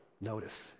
Notice